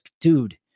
dude